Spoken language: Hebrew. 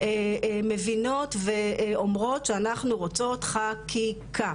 מבינות ואומרות שאנחנו רוצות חקיקה,